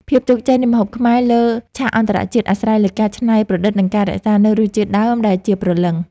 ភាពជោគជ័យនៃម្ហូបខ្មែរលើឆាកអន្តរជាតិអាស្រ័យលើការច្នៃប្រឌិតនិងការរក្សានូវរសជាតិដើមដែលជាព្រលឹង។